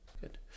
Good